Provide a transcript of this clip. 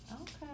Okay